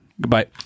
Goodbye